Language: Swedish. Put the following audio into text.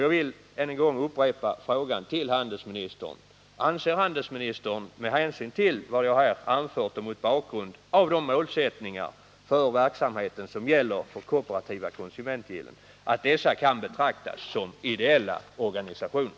Jag vill än en gång upprepa frågan till handelsministern: Anser handelsministern med hänsyn till vad jag här anfört och mot bakgrund av de målsättningar för verksamheten som gäller för kooperativa konsumentgillen att dessa kan betraktas som ideella organisationer?